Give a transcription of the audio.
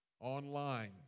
online